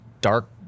dark